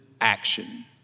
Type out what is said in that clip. action